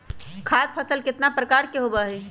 खाद्य फसल कितना प्रकार के होबा हई?